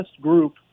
group